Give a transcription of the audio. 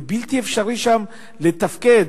ובלתי אפשרי שם לתפקד.